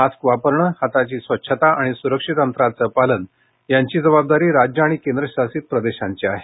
mask वापरणं हाताची स्वच्छता आणि स्रक्षित अंतराचं पालन यांची जबाबदारी राज्यं आणि केंद्रशासित प्रदेशांची आहे